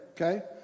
okay